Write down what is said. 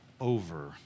over